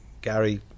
Gary